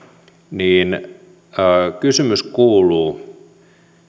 niin kysymys kuuluu